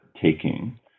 taking